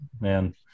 Man